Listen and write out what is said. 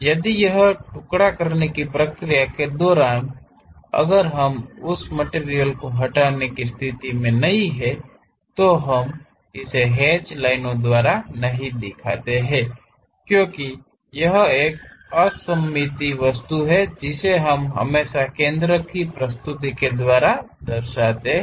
यदि यह टुकड़ा करने की क्रिया के दौरान अगर हम उस मटिरियल को हटाने की स्थिति में नहीं हैं तो हम इसे हैच लाइनों द्वारा नहीं दिखाते हैं क्योंकि यह एक असममित वस्तु है जिसे हम हमेशा केंद्र की प्रस्तुति के द्वारा दर्शाते हैं